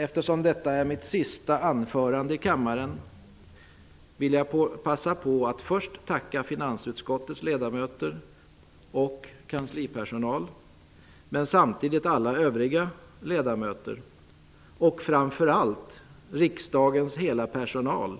Eftersom detta är mitt sista anförande i kammaren vill jag passa på att tacka finansutskottets ledamöter och kanslipersonal, och samtidigt alla övriga ledamöter och framför allt riksdagens hela personal,